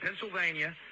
Pennsylvania